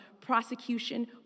prosecution